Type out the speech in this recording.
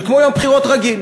זה כמו יום בחירות רגיל.